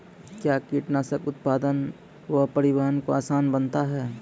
कया कीटनासक उत्पादन व परिवहन को आसान बनता हैं?